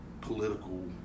political